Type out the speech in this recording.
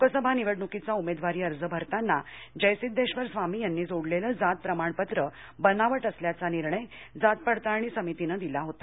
लोकसभा निवडणुकीचा उमेदवारी अर्ज भरताना जयसिध्देश्वर स्वामी यांनी जोडलेलं जात प्रमाणपत्र बनावट असल्याचा निर्णय जात पडताळणी समितीनं दिला होता